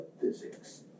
physics